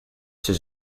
ces